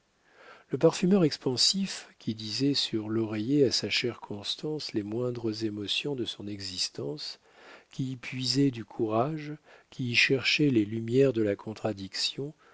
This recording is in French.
le parfumeur expansif qui disait sur l'oreiller à sa chère constance les moindres émotions de son existence qui y puisait du courage qui y cherchait les lumières de la contradiction